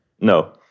No